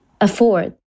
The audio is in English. afford